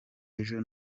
ejo